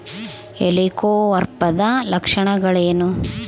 ಹೆಲಿಕೋವರ್ಪದ ಲಕ್ಷಣಗಳೇನು?